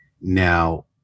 Now